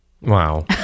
Wow